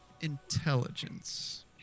intelligence